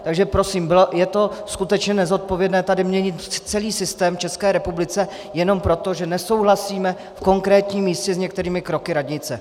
Takže prosím, je to skutečně nezodpovědné tady měnit celý systém v České republice jenom proto, že nesouhlasíme v konkrétním místě s některými kroky radnice.